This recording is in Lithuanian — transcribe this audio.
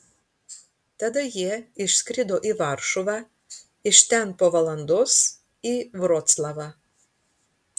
tada jie išskrido į varšuvą iš ten po valandos į vroclavą